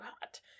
hot